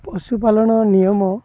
ପଶୁପାଳନ ନିୟମ